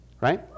right